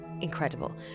Incredible